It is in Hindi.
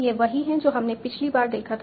यह वही है जो हमने पिछली बार देखा था